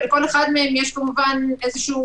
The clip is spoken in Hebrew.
לכל אחת מהן יש כמובן בסיס.